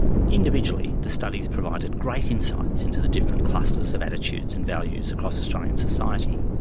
individually the studies provided great insights into the different clusters of attitudes and values across australian society,